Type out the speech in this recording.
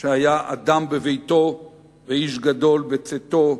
שהיה אדם בביתו ואיש גדול בצאתו,